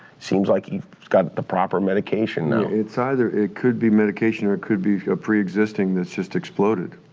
seems like you've got the proper medication now. it's either, it could be medication or it could be a preexisting that's just exploded,